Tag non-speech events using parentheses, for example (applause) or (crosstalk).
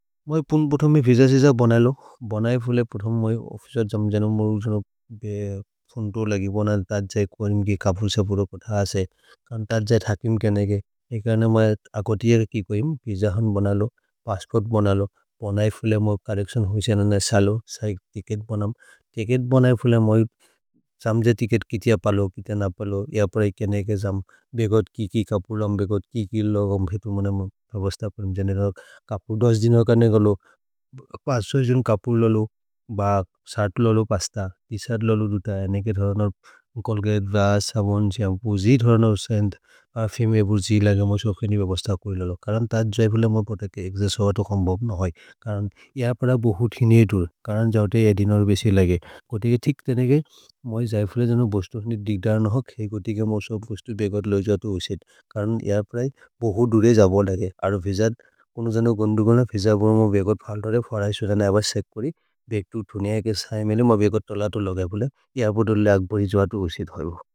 मोइ पुन् पुथो मे विस सेज बनलो, बनये फुले पुथो मे ओफिसोर् जम् जनम् मोरो जनम् (hesitation) फुन्तो लगि बनल्। तत् जये कुऐम् कि कपुर् से पुरो कोथ असे, कन् तत् जये थकिम् केनेगे, ए कने मे अकोतियेरे कि कोइम्। विस हन् बनलो, पस्स्चोदे बनलो, बनये फुले मो चोर्रेच्तिओन् होइसेन न सलो, सैक् तिच्केत् बनम्। तिच्केत् बनये फुले मोइ, सम्जे तिच्केत् कितिय पलो, कितेय न पलो, य प्रए केनेगे जम्, बेगत् कि कि कपुर् लम्। भेगत् कि कि लोगम्, वेतु मनम्, कपुर् दस् दिनक् कने कलो, पान्छ्सो (hesitation) जुने कपुर् ललो। ब साथ् ललो पान्छ्त, सात्थ् ललो तु त, नेके धरनर्। छोल्गते, बस्, सबुन्, श्यम्पु, जीत् धरनर्, सैन्त्, फेमे, बुर्जि, लगम्, असो खेनि बबस्त कोइ ललो। करन् तत् जये फुले मोइ पत के, एक्शौस्त् होअतो खम्बब् न होइ, करन् य प्रए बहुत् हिनिये दुर्। करन् जौते ये दिनर् बेसि लगे, कोति के थिक् तेनेगे, मोइ जये फुले जनो बोस्तु, दिक्द न होक्। हेइ कोति के मोसो बोस्तु बेगत् लोजतो होसेत्, करन् य प्रए बहुत् दुरे जबो लगे, अरो विजत्। कुनो जने को गन्दु गुन, विजत् गुन, मोइ बेगत् फल्तरे, फरहे सोजन, अबस् सेख् परि। भेतु थुने अएके सैमेने, मोइ बेगत् तलतो लोग फुले, य फुतो लग् परि जोहतो होसि धरु।